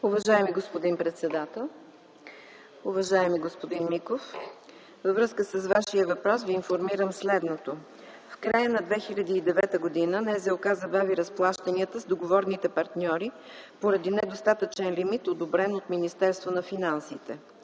Уважаеми господин председател, уважаеми господин Миков! Във връзка с Вашия въпрос Ви информирам следното: в края на 2009 г. НЗОК забави разплащанията с договорните партньори, поради недостатъчен лимит, одобрен от Министерството на финансите.